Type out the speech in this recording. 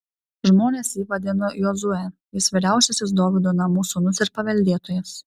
žmonės jį vadino jozue jis vyriausiasis dovydo namų sūnus ir paveldėtojas